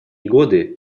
годы